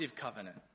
covenant